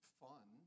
fun